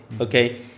okay